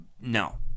No